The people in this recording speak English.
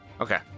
Okay